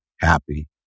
happy